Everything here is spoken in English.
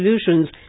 solutions